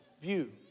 view